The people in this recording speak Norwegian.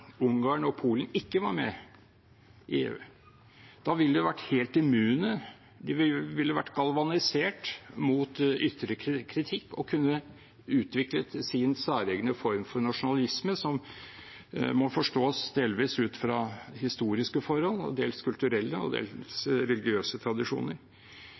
Ungarn og Polen ikke var med i EU, ville de vært helt immune – de ville vært galvanisert mot ytre kritikk og kunne utviklet sin særegne form for nasjonalisme som må forstås dels ut fra historiske forhold og dels kulturelle og religiøse tradisjoner.